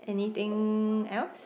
anything else